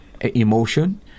emotion